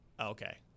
Okay